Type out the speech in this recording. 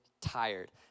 tired